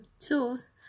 tools